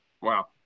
Wow